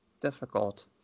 difficult